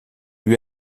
lui